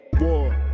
War